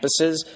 campuses